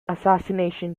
assassination